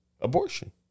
abortion